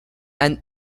and